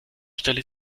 stelle